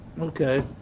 Okay